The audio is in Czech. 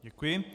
Děkuji.